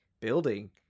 building